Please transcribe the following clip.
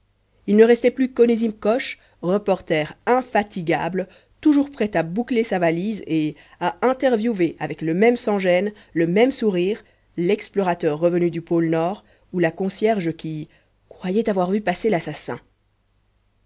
il ne restait plus qu'onésime coche reporter infatigable toujours prêt à boucler sa valise et à interviewer avec le même sans-gêne le même sourire l'explorateur revenu du pôle nord ou la concierge qui croyait avoir vu passer l'assassin